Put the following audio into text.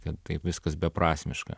kad taip viskas beprasmiška